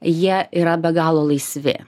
jie yra be galo laisvi